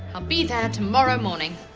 i'll be there tomorrow morning.